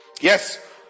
Yes